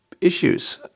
issues